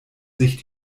sich